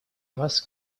вас